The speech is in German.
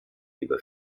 über